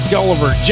Gulliver